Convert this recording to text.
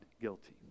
guilty